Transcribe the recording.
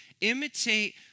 imitate